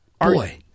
Boy